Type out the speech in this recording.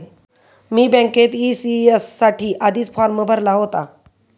मी बँकेत ई.सी.एस साठी आधीच फॉर्म भरला होता